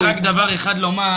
יש לי רק דבר אחד לומר.